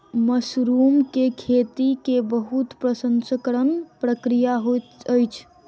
mushroom के खेती के बहुत प्रसंस्करण प्रक्रिया होइत अछि